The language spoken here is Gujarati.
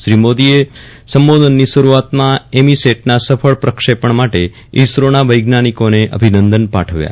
શ્રી મોદીએ સંબોધનની શરૂઆતમાં એમીસેટના સફળ પ્રક્ષેપણ માટે ઇસરોના વૈજ્ઞાનિકોને અભિનંદન પાઠવ્યા